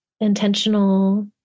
intentional